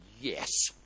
yes